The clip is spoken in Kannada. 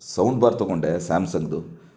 ಸೌಂಡ್ಬಾರ್ ತಗೊಂಡೆ ಸ್ಯಾಮ್ಸಂಗ್ದು